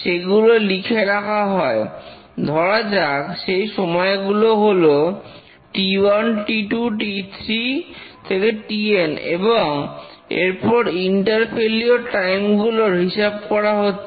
সেগুলো লিখে রাখা হয় ধরা যাক সেই সময়গুলো হলো t1t2t3tn এবং এরপর ইন্টার ফেইলিওর টাইম গুলোর হিসাব করা হচ্ছে